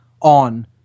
on